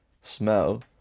smell